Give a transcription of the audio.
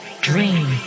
dream